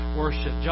worship